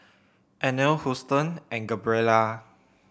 Annabel Houston and Gabriella